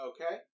Okay